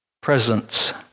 Presence